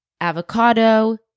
avocado